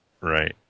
Right